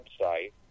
website